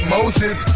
Moses